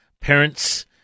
parents